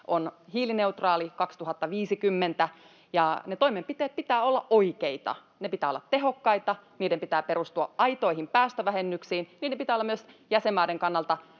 on hiilineutraali 2050, ja niiden toimenpiteiden pitää olla oikeita, niiden pitää olla tehokkaita, niiden pitää perustua aitoihin päästövähennyksiin, niiden pitää olla myös jäsenmaiden kannalta